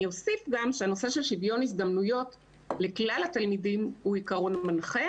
אני אוסיף גם שהנושא של שוויון הזדמנויות לכלל התלמידים הוא עקרון מנחה.